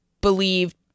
believed